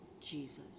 Jesus